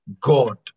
god